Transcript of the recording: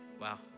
Wow